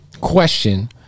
question